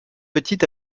petit